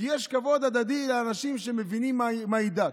כי יש כבוד הדדי לאנשים שמבינים מהי דת.